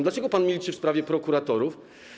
Dlaczego pan milczy w sprawie prokuratorów?